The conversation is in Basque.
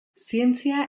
zientzia